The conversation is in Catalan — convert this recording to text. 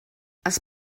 els